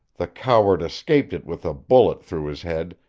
the coward escaped it with a bullet through his head,